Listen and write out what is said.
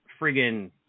friggin